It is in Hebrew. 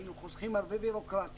היינו חוסכים הרבה בירוקרטיה,